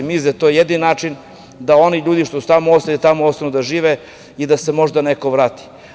Mislim da je to jedini način da oni ljudi što su tamo ostali da tamo ostanu da žive i da se možda neko vrati.